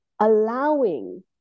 allowing